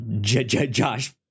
Josh